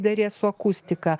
derės su akustika